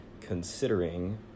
considering